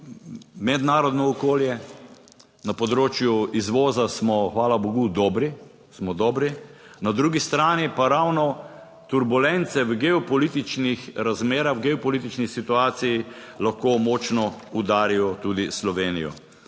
mednarodno okolje, na področju izvoza smo hvala bogu dobri, smo dobri, na drugi strani pa ravno turbulence v geopolitičnih razmerah, v geopolitični situaciji lahko močno udarijo tudi Slovenijo